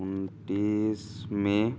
ঊনত্ৰিছ মে